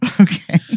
Okay